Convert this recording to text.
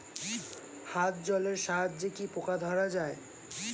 হাত জলের সাহায্যে কি পোকা ধরা যায়?